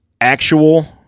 actual